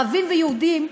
ערבים ויהודים,